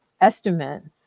estimates